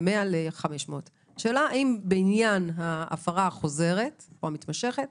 500. השאלה היא האם בעניין ההפרה החוזרת צריכה